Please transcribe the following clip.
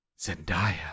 Zendaya